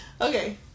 Okay